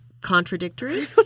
contradictory